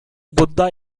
buddha